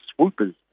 swoopers